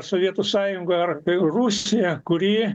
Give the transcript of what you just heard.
sovietų sąjungą ar rusiją kuri